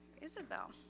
Isabel